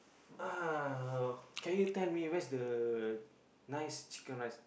uh can you tell me where's the nice chicken-rice